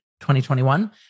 2021